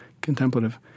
contemplative